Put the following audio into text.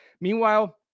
Meanwhile